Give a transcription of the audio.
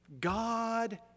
God